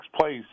place